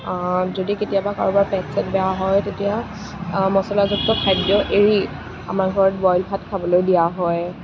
যদি কেতিয়াবা কাৰোবাৰ পেট চেট বেয়া হয় তেতিয়া মচলাযুক্ত খাদ্য এৰি আমাৰ ঘৰত বইল ভাত খাবলৈ দিয়া হয়